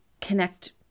connect